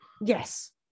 Yes